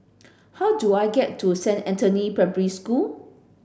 how do I get to Saint Anthony Primary School